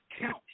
count